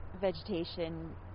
vegetation